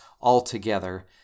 altogether